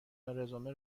رزومه